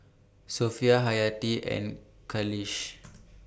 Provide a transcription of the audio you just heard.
Sofea Hayati and Khalish